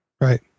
right